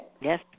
Yes